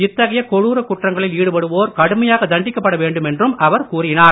இத்தகைய கொடுரக் குற்றங்களில் ஈடுபடுவோர் கடுமையாக தண்டிக்கப்பட வேண்டுமென்றும் அவர் கூறினார்